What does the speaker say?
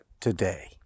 today